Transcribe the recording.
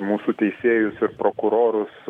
mūsų teisėjusir prokurorus